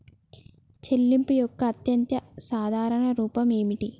చెల్లింపు యొక్క అత్యంత సాధారణ రూపం ఏమిటి?